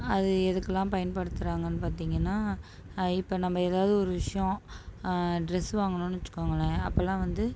அது எதுக்குலாம் பயன்படுத்துறாங்கன்னு பார்த்திங்கன்னா இப்போ நம்ப எதாவது ஒரு விஷயம் ட்ரெஸ் வாங்குனோம்னு வச்சுக்கோங்களேன் அப்போலாம் வந்து